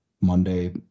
Monday